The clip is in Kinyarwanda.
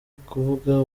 ukuvuga